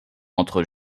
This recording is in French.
entre